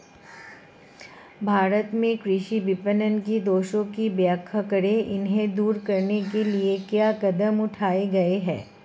भारत में कृषि विपणन के दोषों की व्याख्या करें इन्हें दूर करने के लिए क्या कदम उठाए गए हैं?